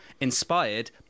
inspired